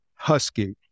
husky